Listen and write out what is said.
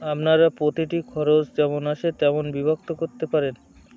আপনারা প্রতিটি খরচ যেমন আসে তেমন বিভক্ত করতে পারেন